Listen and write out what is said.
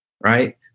right